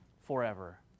forever